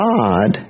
God